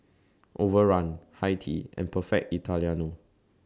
Overrun Hi Tea and Perfect Italiano